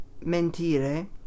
mentire